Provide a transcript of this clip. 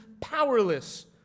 powerless